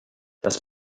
das